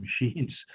machines